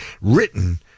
written